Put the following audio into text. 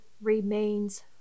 remains